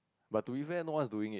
but to be fair no one's doing it